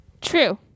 True